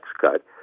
cut